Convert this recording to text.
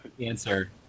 Answer